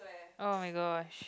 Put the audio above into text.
oh-my-gosh